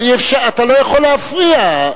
אתה לא יכול להפריע.